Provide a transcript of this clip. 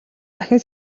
дахин